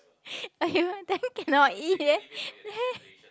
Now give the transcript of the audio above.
!aiyo! then cannot eat eh they